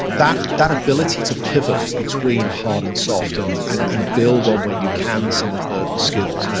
that that ability to pivot between hard and soft and and and build on where you can some of the the skills. you know